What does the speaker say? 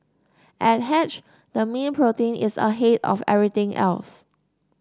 at Hatched the mean protein is ahead of everything else